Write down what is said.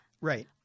right